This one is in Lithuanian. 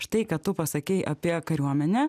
štai ką tu pasakei apie kariuomenę